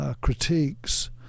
Critiques